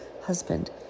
husband